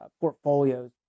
portfolios